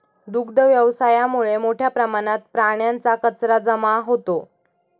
दुग्ध व्यवसायामुळे मोठ्या प्रमाणात प्राण्यांचा कचरा जमा होतो